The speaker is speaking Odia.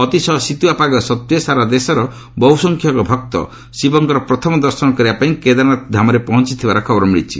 ଅତିଶୟ ଶୀତୁଆ ପାଗ ସଡ୍ତ୍ୱେ ସାରା ଦେଶର ବହୁସଂଖ୍ୟକ ଭକ୍ତ ଶିବଙ୍କର ପ୍ରଥମ ଦର୍ଶନ କରିବା ପାଇଁ କେଦାରନାଥ ଧାମରେ ପହଞ୍ଚଥିବାର ଖବର ମିଳିଛି